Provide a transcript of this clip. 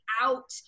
out